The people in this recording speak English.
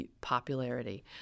popularity